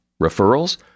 Referrals